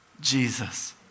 Jesus